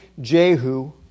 Jehu